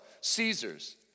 Caesar's